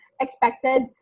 expected